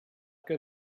que